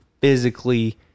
physically